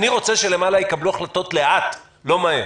אני רוצה שלמעלה יקבלו החלטות לאט, לא מהר.